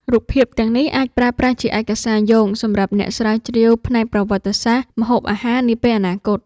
រូបភាពទាំងនេះអាចប្រើប្រាស់ជាឯកសារយោងសម្រាប់អ្នកស្រាវជ្រាវផ្នែកប្រវត្តិសាស្ត្រម្ហូបអាហារនាពេលអនាគត។